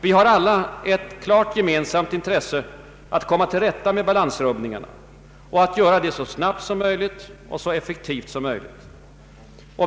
Vi har alla ett klart gemensamt intresse att komma till rätta med balansrubbningarna så snabbt och så effektivt som möjligt.